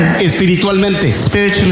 espiritualmente